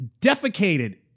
defecated